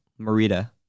marita